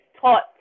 taught